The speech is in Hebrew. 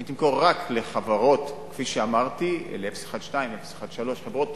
היא תמכור רק לחברות, כפי שאמרתי: 012, 013, חברות